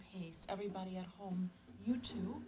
pace everybody at home you to